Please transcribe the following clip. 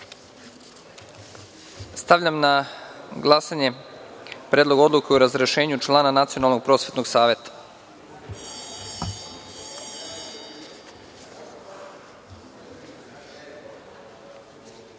radu. Stavljam na glasanje Predlog odluke o razrešenju člana Nacionalnog prosvetnog saveta. Molim